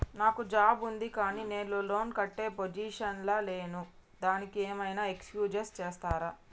నాకు జాబ్ ఉంది కానీ నేను లోన్ కట్టే పొజిషన్ లా లేను దానికి ఏం ఐనా ఎక్స్క్యూజ్ చేస్తరా?